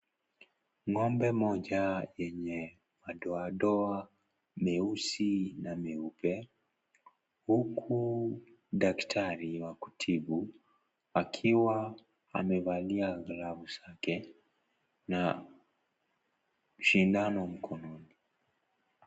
Ng'ombe mmoja mwenye madoa doa meusi na meupe huku daktari wa kutibu akiwa amevalia glavu zake na sindano mkononi.